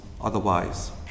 otherwise